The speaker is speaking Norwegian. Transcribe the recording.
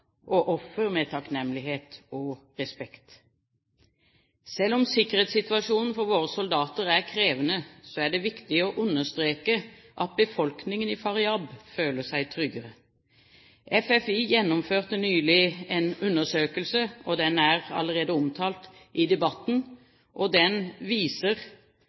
og offer med takknemlighet og respekt. Selv om sikkerhetssituasjonen for våre soldater er krevende, er det viktig å understreke at befolkningen i Faryab føler seg tryggere. FFI gjennomførte nylig en undersøkelse, som allerede er omtalt i debatten. Den viser